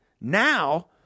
now